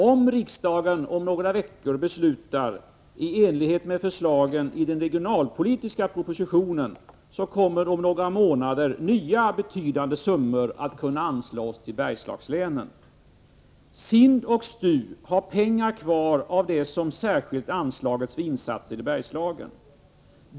Om riksdagen om några veckor beslutar i enlighet med förslagen i den regionalpolitiska propositionen kommer om några månader nya betydande summor att kunna anslås till Bergslagslänen. SIND och STU har pengar kvar av de belopp som särskilt anslagits för insatser i Bergslagen.